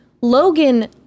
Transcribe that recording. Logan